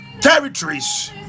territories